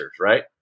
right